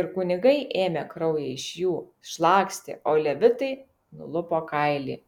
ir kunigai ėmė kraują iš jų šlakstė o levitai nulupo kailį